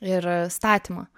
ir statymą